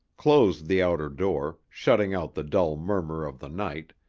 closed the outer door, shutting out the dull murmur of the night,